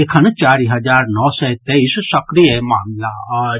एखन चारि हजार नओ सय तेईस सक्रिय मामिला अछि